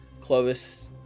Clovis